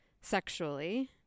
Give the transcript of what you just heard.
sexually